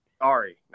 Sorry